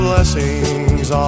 Blessings